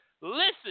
Listen